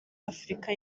afurika